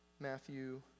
Matthew